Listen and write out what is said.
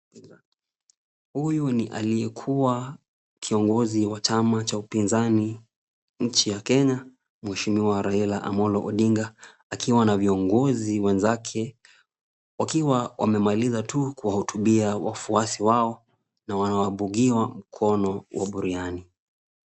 Huyu ni aliyekuwa kiongozi wa chama cha upinzani nchi ya Kenya mheshimiwa Raila Amolo Odinga, akiwa na viongozi wenzake, wakiwa wamemaliza tu kuhutubia wafuasi wao na wanabugia na mkono wa buriani.